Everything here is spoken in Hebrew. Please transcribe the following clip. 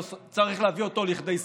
צריך להביא אותו לכדי סיום.